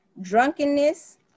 Drunkenness